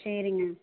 சரிங்க